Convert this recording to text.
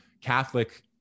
Catholic